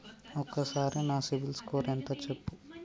ఒక్కసారి నా CIBIL score ఎంత చెప్పు?